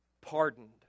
pardoned